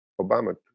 Obama